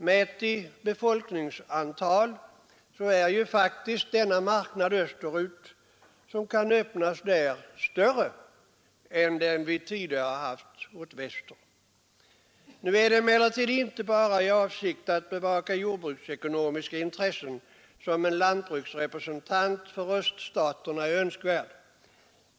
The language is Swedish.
Mätt i befolkningstal är faktiskt den marknad som kan öppnas österut större än den vi tidigare haft åt väster. Nu är det emellertid inte bara för bevakningen av jordbruksekonomiska intressen som en lantbruksrepresentant för öststaterna är önskvärd.